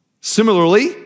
Similarly